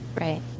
right